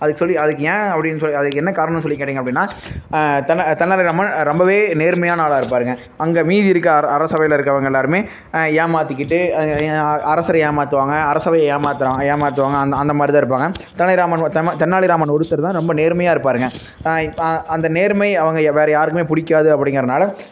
அதுக்கு சொல்லி அதுக்கு ஏன் அப்படின்னு சொல் அதுக்கு என்ன காரணம்னு சொல்லி கேட்டீங்க அப்படின்னா தெனா தெனாலிராமன் ரொம்பவே நேர்மையான ஆளாக இருப்பாருங்க அங்கே மீதி இருக்க அர அரசவையில் இருக்கிறவங்க எல்லாருமே ஏமாற்றிக்கிட்டு அரசரை ஏமாற்றுவாங்க அரசவையை ஏமாத்துகிற ஏமாற்றுவாங்க அந்த அந்தமாதிரி தான் இருப்பாங்கள் தெனாலிராமன் தெமா தெனாலிராமன் ஒருத்தர் தான் ரொம்ப நேர்மையாக இருப்பாருங்கள் அந்த நேர்மை அவங்க வேற யாருக்குமே பிடிக்காது அப்படிங்கிறனால